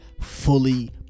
fully